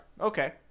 Okay